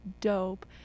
dope